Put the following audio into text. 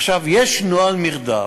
יש נוהל מרדף.